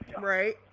right